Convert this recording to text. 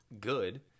good